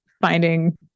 finding